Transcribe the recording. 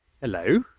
Hello